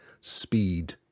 speed